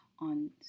on